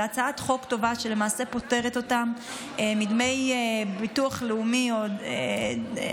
זאת הצעת חוק טובה שלמעשה פותרת אותם מדמי ביטוח לאומי כפולים.